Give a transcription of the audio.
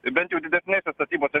bent jau didesnėse statybose